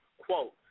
quote